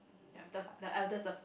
ya the the eldest of